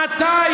מתי?